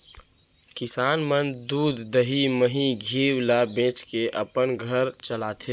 किसान मन दूद, दही, मही, घींव ल बेचके अपन घर चलाथें